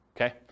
Okay